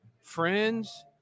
friends